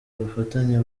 ubufatanye